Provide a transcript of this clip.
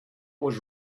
was